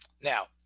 Now